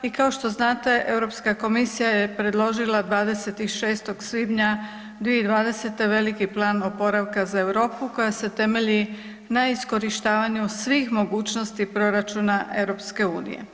I kao što znate Europska komisija je predložila 26. svibnja 2020. veliki plan oporavka za Europu koja se temelji na iskorištavanju svih mogućnosti proračuna EU.